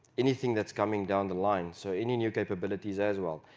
anything that's coming down the line. so any new capabilities as well.